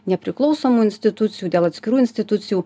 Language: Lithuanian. nepriklausomų institucijų dėl atskirų institucijų